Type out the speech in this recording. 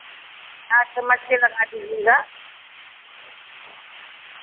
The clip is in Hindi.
हाँ समझ कर लगा दीजिएगा